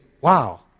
wow